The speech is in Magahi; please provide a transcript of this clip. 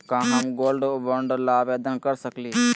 का हम गोल्ड बॉन्ड ल आवेदन कर सकली?